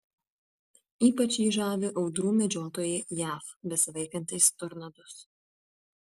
ypač jį žavi audrų medžiotojai jav besivaikantys tornadus